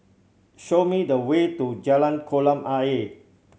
show me the way to Jalan Kolam Ayer